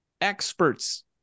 experts